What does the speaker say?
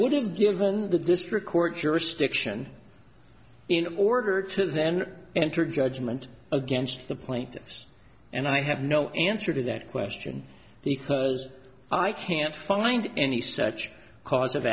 would have given the district court jurisdiction in order to then enter judgment against the plaintiffs and i have no answer to that question because i can't find any such cause of